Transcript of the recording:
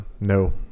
no